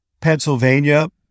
Pennsylvania